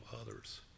others